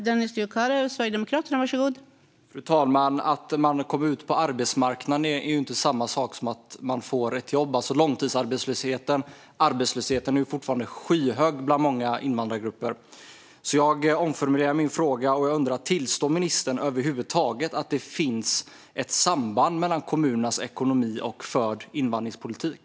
Fru talman! Att man kommer ut på arbetsmarknaden är inte samma sak som att man får ett jobb. Långtidsarbetslösheten är fortfarande skyhög i många invandrargrupper. Jag omformulerar min fråga: Tillstår ministern över huvud taget att det finns ett samband mellan kommunernas ekonomi och förd invandringspolitik?